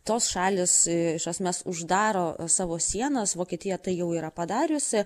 tos šalys iš esmės uždaro savo sienas vokietija tai jau yra padariusi